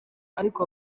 ariko